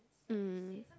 mm